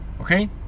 Okay